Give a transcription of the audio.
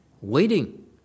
waiting